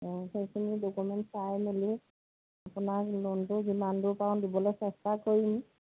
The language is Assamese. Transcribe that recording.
অঁ সেইখিনি ডকুমেণ্ট চাই মেলি আপোনাক লোনটো যিমান দূৰ পাৰো দিবলৈ চেষ্টা কৰিম